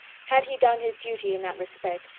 had he done his duty in that respect,